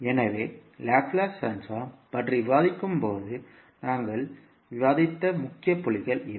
எனவே Laplace transform பற்றி விவாதிக்கும்போது நாங்கள் விவாதித்த முக்கிய புள்ளிகள் இவை